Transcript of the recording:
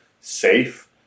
Safe